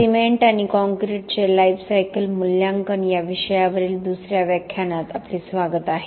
cement आणि काँक्रीटचे life cycle मूल्यांकन या विषयावरील दुसऱ्या व्याख्यानात आपले स्वागत आहे